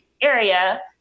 area